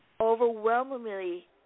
overwhelmingly